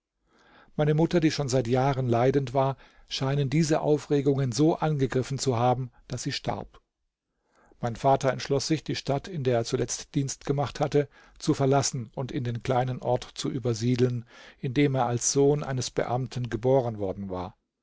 meine mutter die schon seit jahren leidend war scheinen diese aufregungen so angegriffen zu haben daß sie starb mein vater entschloß sich die stadt in der er zuletzt dienst gemacht hatte zu verlassen und in den kleinen ort zu übersiedeln in dem er als sohn eines beamten geboren worden war